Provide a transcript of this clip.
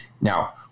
Now